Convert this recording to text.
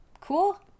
Cool